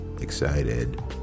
excited